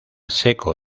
seco